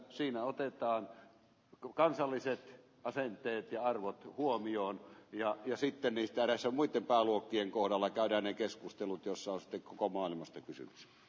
siinä otetaan joko kansalliset asenteet ja arvot huomioon ja käsitteli väärässä muita pääluokkien kohdalla todenneet keskustelut joissa osti koko maailmasta kysymys